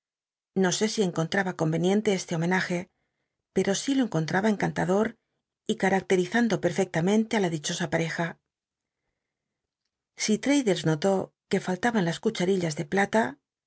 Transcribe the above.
no sé si encon traba con venienle este homenaje pero sí lo encont aha encantador y ca aclerizando pel'fcclamen le á la dichosa pareja si j addles nolv qne fallaban las cucha rillas de plata